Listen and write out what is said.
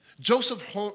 Joseph